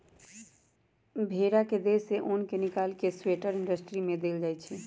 भेड़ा के देह से उन् निकाल कऽ स्वेटर इंडस्ट्री में देल जाइ छइ